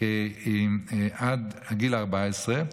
עד גיל 14,